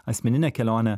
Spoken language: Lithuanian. asmeninę kelionę